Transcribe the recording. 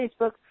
Facebook